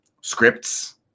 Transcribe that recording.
scripts